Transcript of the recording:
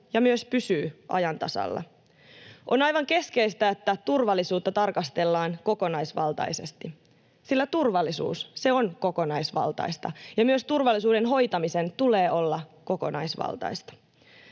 ja myös pysyy ajan tasalla. On aivan keskeistä, että turvallisuutta tarkastellaan kokonaisvaltaisesti, sillä turvallisuus, se on kokonaisvaltaista. Myös turvallisuuden hoitamisen tulee olla kokonaisvaltaista.